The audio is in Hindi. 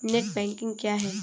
नेट बैंकिंग क्या है?